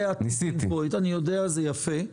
אני יודע שזה יפה.